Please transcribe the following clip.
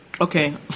Okay